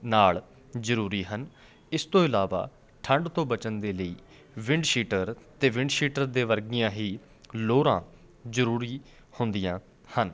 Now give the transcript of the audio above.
ਨਾਲ ਜ਼ਰੂਰੀ ਹਨ ਇਸ ਤੋਂ ਇਲਾਵਾ ਠੰਡ ਤੋਂ ਬਚਣ ਦੇ ਲਈ ਵਿੰਡਸ਼ੀਟਰ ਅਤੇ ਵਿੰਡਸ਼ੀਟਰ ਦੇ ਵਰਗੀਆਂ ਹੀ ਲੋਅਰਾਂ ਜ਼ਰੂਰੀ ਹੰਦੀਆਂ ਹਨ